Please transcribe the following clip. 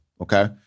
Okay